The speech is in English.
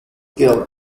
gill